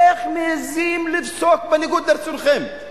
איך מעזים לפסוק בניגוד לרצונכם?